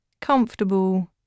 comfortable